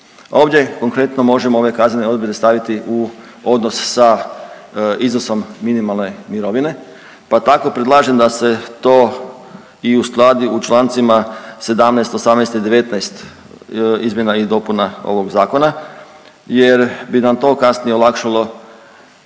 ovdje konkretno možemo ove kaznene odredbe staviti u odnos sa iznosom minimalne mirovine, pa tako predlažem da se to i uskladi u člancima, 17, 18 i 19 izmjena i dopuna ovog Zakona jer bi nam to kasnije olakšalo